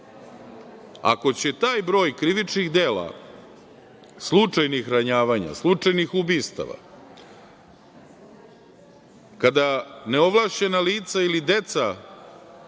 će taj broj krivičnih dela, slučajnih ranjavanja, slučajnih ubistava, kada neovlašćena lica ili deca,